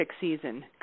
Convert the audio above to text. season